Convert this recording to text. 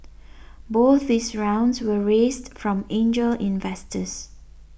both these rounds were raised from angel investors